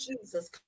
Jesus